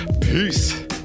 Peace